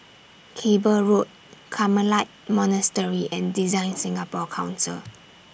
Cable Road Carmelite Monastery and Design Singapore Council